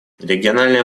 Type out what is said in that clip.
региональное